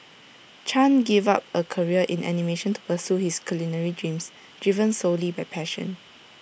chan gave up A career in animation to pursue his culinary dreams driven solely by passion